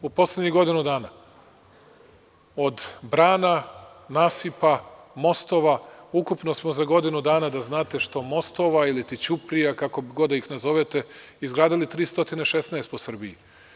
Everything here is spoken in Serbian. U poslednjih godinu dana od brana, nasipa, mostova, ukupno smo za godinu dana da znate, što mostova ili ti ćuprija kako god da ih nazovete, izgradili 316 po Srbiji.